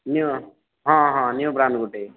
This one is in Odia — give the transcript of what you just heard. ନିୟୁ ହଁ ହଁ ନିୟୁ ବ୍ରାଣ୍ଡ୍ର ଗୋଟେ